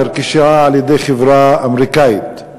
נרכשה על-ידי חברה אמריקנית.